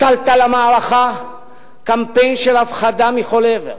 הטלת למערכה קמפיין של הפחדה מכל עבר.